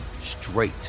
straight